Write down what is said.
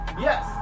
Yes